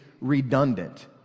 redundant